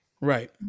right